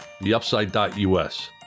theupside.us